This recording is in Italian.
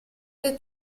che